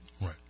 Right